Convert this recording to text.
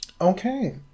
Okay